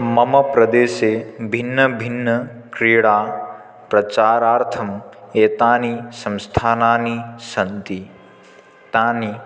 मम प्रदेशे भिन्नभिन्न क्रीडाप्रचारार्थम् एतानि संस्थानानि सन्ति तानि